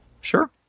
Sure